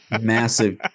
Massive